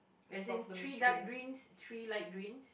as in three dark greens three light green